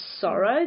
sorrow